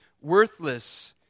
worthless